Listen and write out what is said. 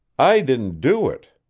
i didn't do it,